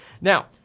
Now